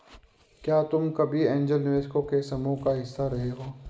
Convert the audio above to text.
क्या तुम कभी ऐन्जल निवेशकों के समूह का हिस्सा रहे हो?